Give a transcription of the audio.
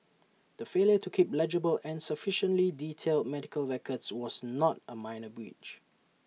the failure to keep legible and sufficiently detailed medical records was not A minor breach